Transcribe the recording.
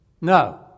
No